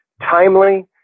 Timely